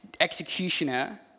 executioner